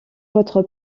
votre